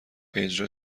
اجرا